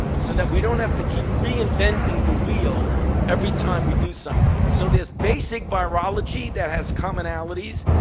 so that we don't have to keep reinventing the wheel every time we do something. so there's basic virology that has commonalities.